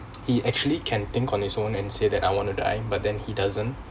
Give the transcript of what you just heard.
he actually can think on its own and say that I want to die but then he doesn't